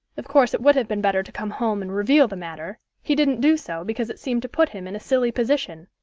of course it would have been better to come home and reveal the matter he didn't do so because it seemed to put him in a silly position.